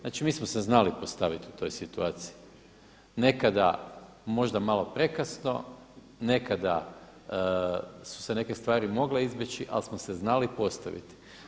Znači, mi smo se znali postaviti u toj situaciji, nekada možda malo prekasno, nekada su se neke stvari mogle izbjeći ali smo se znali postaviti.